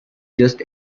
just